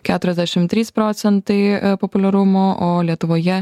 keturiasdešim trys procentai populiarumo o lietuvoje